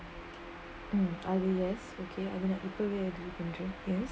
ah I agree yes I would have to say sanjeev yes